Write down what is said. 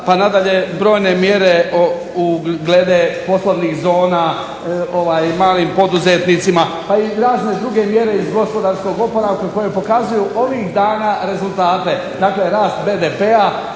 pa nadalje brojne mjere glede poslovnih zona, malim poduzetnicima, pa i razne druge mjere iz gospodarskog oporavka koji pokazuju ovih dana rezultate, dakle rast BDP-a